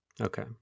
Okay